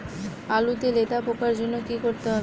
আলুতে লেদা পোকার জন্য কি করতে হবে?